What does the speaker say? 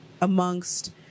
amongst